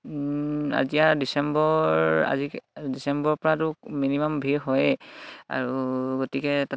এতিয়া ডিচেম্বৰ আজিকালি ডিচেম্বৰৰ পৰাটো মিনিমাম ভিৰ হয়েই আৰু গতিকে তাত